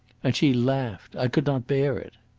and she laughed. i could not bear it.